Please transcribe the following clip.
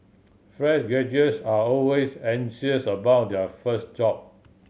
fresh graduates are always anxious about their first job